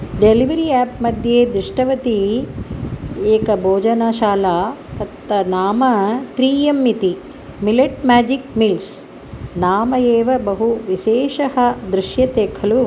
delivery आप्मध्ये दृष्टवती एका बोजनशाला तत्र नाम त्री एम् इति मिलिट् माजिक् मिल्स् नाम एव बहु विशेषः दृश्यते खलु